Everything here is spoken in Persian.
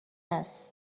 هست